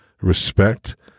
respect